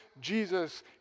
Jesus